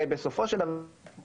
כל המספרים שניתנו,